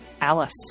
Alice